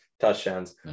Touchdowns